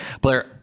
Blair